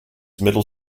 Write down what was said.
middle